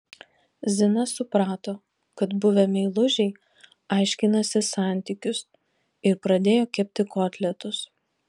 zina suprato kad buvę meilužiai aiškinasi santykius ir pradėjo kepti kotletus